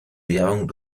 währung